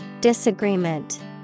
Disagreement